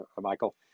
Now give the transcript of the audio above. Michael